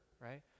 right